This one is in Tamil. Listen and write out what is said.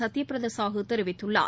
சத்தியபிரதசாஹு தெரிவித்துள்ளார்